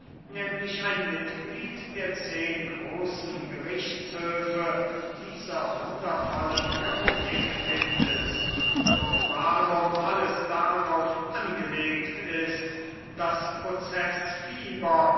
nehmlich ein mitglied der zehn großen gerichtshöfe dieser wundervollen republik findest und warum alles darauf angelegt ist das